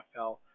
NFL